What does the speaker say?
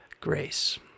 grace